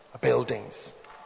buildings